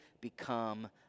become